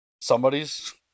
Somebody's